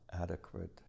adequate